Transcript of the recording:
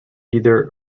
either